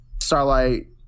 Starlight